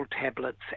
tablets